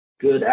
Good